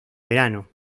verano